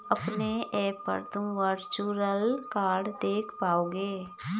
अपने ऐप पर तुम वर्चुअल कार्ड देख पाओगे